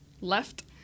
left